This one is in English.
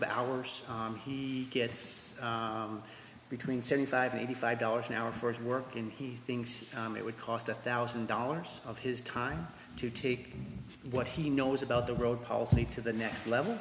of hours he gets between seventy five eighty five dollars an hour for his work and he thinks it would cost a thousand dollars of his time to take what he knows about the road policy to the next